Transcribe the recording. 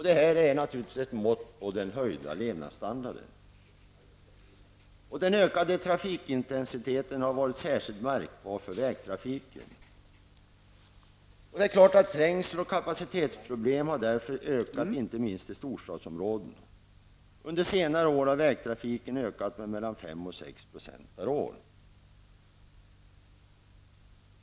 Det är naturligtvis ett mått på den höjda levnadsstandarden. Den ökande trafikintensiteten har varit särskilt märkbar för vägtrafiken. Trängseln och kapacitetsproblemen har ökat inte minst i storstadsområdena. Under senare år har vägtrafiken ökat med mellan 5 och 6 % per år.